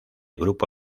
grupo